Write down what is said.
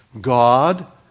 God